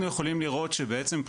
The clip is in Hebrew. אנחנו יכולים לראות שבעצם,